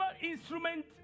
instrument